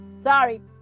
sorry